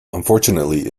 unfortunately